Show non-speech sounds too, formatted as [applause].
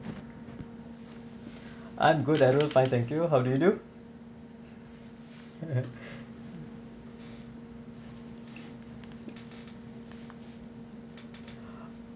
I'm good darufal thank you how do you do [laughs]